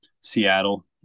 Seattle